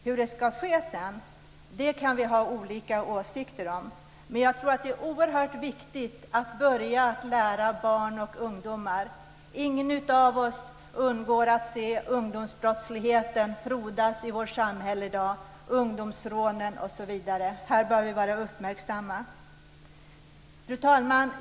Hur det sedan ska ske kan vi ha olika åsikter om, men jag tror att det är oerhört viktigt att börja lära barn och ungdomar. Ingen av oss undgår att se ungdomsbrottsligheten frodas i vårt samhälle i dag. Det gäller ungdomsrånen osv. Här bör vi vara uppmärksamma. Fru talman!